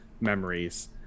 memories